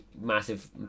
massive